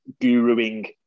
guruing